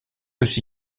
aussi